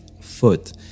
foot